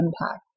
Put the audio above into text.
impact